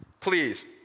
please